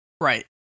Right